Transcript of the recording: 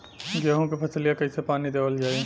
गेहूँक फसलिया कईसे पानी देवल जाई?